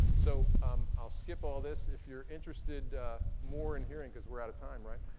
so um i'll skip all this. if you're interested more in hearing because we're out of time, right?